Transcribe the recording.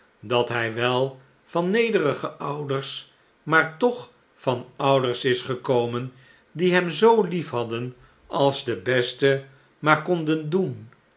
dat hij wel van nederige ouders maar toch van ouders is gekomen die hem zoo lief hadden als de beste maar konden doen